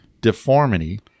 deformity